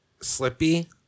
Slippy